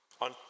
on